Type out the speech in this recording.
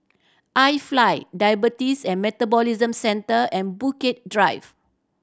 IFly Diabetes and Metabolism Centre and Bukit Drive